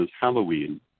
Halloween